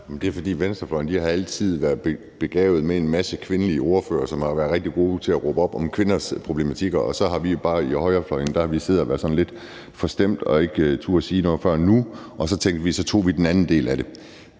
det er, fordi venstrefløjen altid har været begavet med en masse kvindelige ordførere, som har været rigtig gode til at råbe op om kvinders problematikker. Så har vi på højrefløjen bare siddet og været sådan lidt forstemte og ikke turdet sige noget før nu. Og så tænkte vi, at så tog vi den anden del af det,